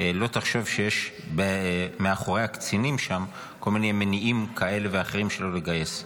לא תחשוב שיש מאחורי הקצינים שם כל מיני מניעים כאלה ואחרים שלא לגייס.